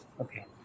okay